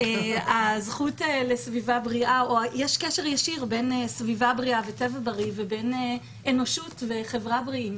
יש קשר ישיר בין סביבה בריאה וטבע בריאה לבין אנושות וחברה בריאים.